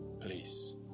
Please